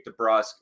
DeBrusque